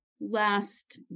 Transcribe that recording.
last